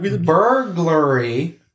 Burglary